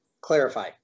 Clarify